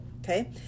Okay